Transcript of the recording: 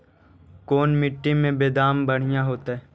कोन मट्टी में बेदाम बढ़िया होतै?